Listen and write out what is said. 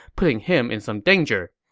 putting him in some danger.